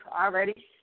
already